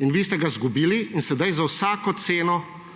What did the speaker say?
Vi ste ga izgubili in zdaj za vsako ceno,